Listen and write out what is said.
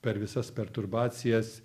per visas perturbacijas